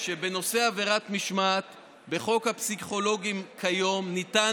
שבנושא עבירת משמעת בחוק הפסיכולוגים כיום ניתן